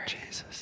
Jesus